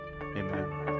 amen